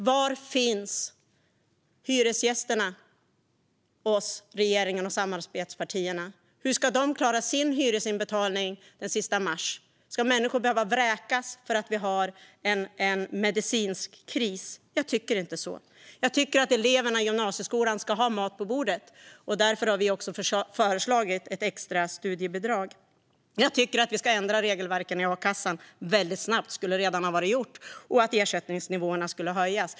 Var finns hyresgästerna hos regeringen och samarbetspartierna? Hur ska dessa människor klara sin hyresinbetalning den sista mars? Ska människor behöva vräkas för att vi har en medicinsk kris? Jag tycker inte det. Jag tycker att eleverna i gymnasieskolan ska ha mat på bordet. Därför har vi föreslagit ett extra studiebidrag. Jag tycker att vi ska ändra regelverken i a-kassan mycket snabbt - det skulle redan ha varit gjort - och jag tycker att ersättningsnivåerna ska höjas.